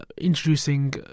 introducing